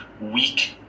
weak